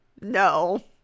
No